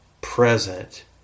present